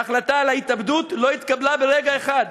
ההחלטה על ההתאבדות לא התקבלה ברגע אחד.